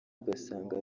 ugasanga